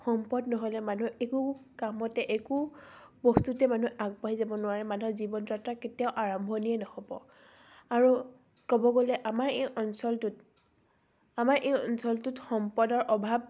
সম্পদ নহ'লে মানুহে একো কামতে একো বস্তুতে মানুহৰ আগবাঢ়ি যাব নোৱাৰে মানুহৰ জীৱন যাত্ৰা কেতিয়াও আৰম্ভণিয়ে নহ'ব আৰু ক'ব গ'লে আমাৰ এই অঞ্চলটোত আমাৰ এই অঞ্চলটোত সম্পদৰ অভাৱ